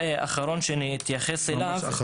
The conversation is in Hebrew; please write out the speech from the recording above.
יאסר